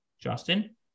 Justin